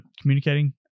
communicating